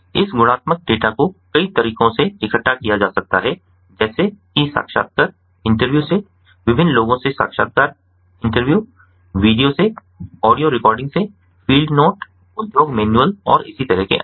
इस गुणात्मक डेटा को कई तरीकों से इकट्ठा किया जा सकता है जैसे कि साक्षात्कार से विभिन्न लोगों से साक्षात्कार वीडियो से ऑडियो रिकॉर्डिंग से फ़ील्ड नोट उद्योग मैनुअल और इसी तरह के अन्य